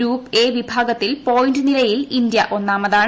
group A വിഭാഗത്തിൽ point നിലയിൽ India ഒന്നാമതാണ്